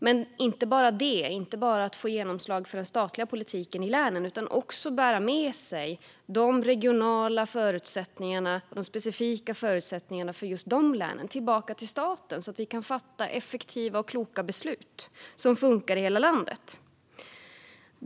Men de ska inte bara verka för genomslag för den statliga politiken i länen utan också bära med sig de specifika regionala förutsättningarna för varje län tillbaka till staten, så att vi kan fatta effektiva och kloka beslut som fungerar i hela landet.